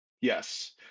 Yes